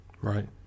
right